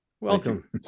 Welcome